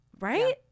Right